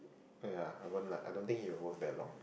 wait ah I won't lah I don't think he will go that long